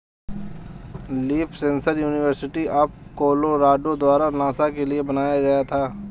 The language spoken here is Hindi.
leaf sensor university of Colorado द्वारा नासा के लिए बनाया गया था